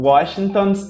Washington